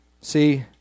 See